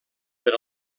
per